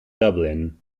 dublin